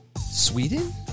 Sweden